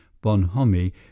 bonhomie